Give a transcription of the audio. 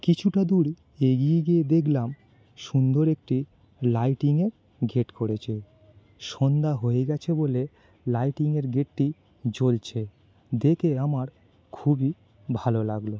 কিছুটা দূর এগিয়ে গিয়ে দেখলাম সুন্দর একটি লাইটিংয়ের গেট করেছে সন্ধ্যা হয়ে গিয়েছে বলে লাইটিংয়ের গেটটি জ্বলছে দেখে আমার খুবই ভালো লাগল